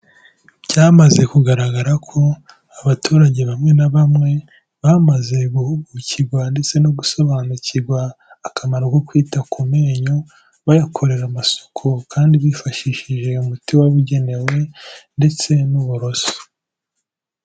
Byamaze kugaragara ko abaturage bamwe na bamwe bamaze guhugukirwa ndetse no gusobanukirwa akamaro ko kwita ku menyo, bayakorera amasuku kandi bifashishije umuti wabugenewe ndetse n'uburoso.